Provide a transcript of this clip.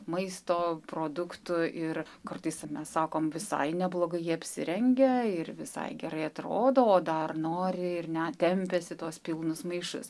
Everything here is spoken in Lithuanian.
maisto produktų ir kartais mes sakom visai neblogai jie apsirengę ir visai gerai atrodo o dar nori ir net tempiasi tuos pilnus maišus